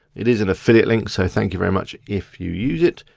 it is an affiliate link, so thank you very much if you use it.